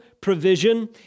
provision